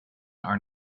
are